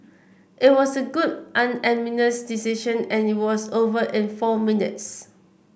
it was a good unanimous decision and it was over in four minutes